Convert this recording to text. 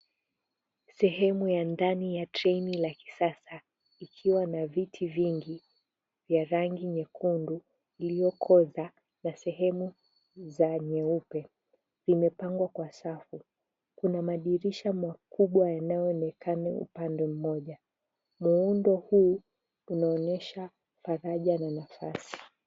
Sehemu ya ndani ya treni la kisasa likiwa na viti vingi ya rangi nyekundu iliyoko na sehemu za nyeupe, imepangwa kwa shafu. Kuna madirisha makubwa yanayoonekana upande mmoja muundo huu unaonyesha faraja na nafasi.